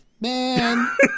Man